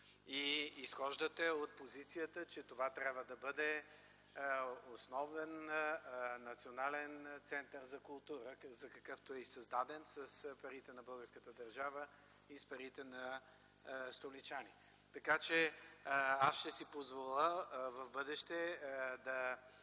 и изхождате от позицията, че това трябва да бъде основен национален център за култура, какъвто е създаден с парите на българската държава и с парите на столичани. Ще си позволя в бъдеще да